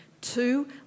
Two